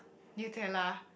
Nutella